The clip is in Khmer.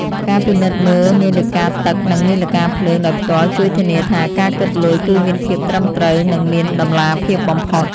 ការពិនិត្យមើលនាឡិកាទឹកនិងនាឡិកាភ្លើងដោយផ្ទាល់ជួយធានាថា ការគិតលុយគឺមានភាពត្រឹមត្រូវនិងមានតម្លាភាពបំផុត។